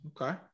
Okay